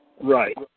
Right